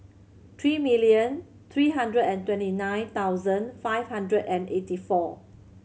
three million three hundred and twenty nine thousand five hundred and eighty four